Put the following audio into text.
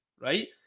right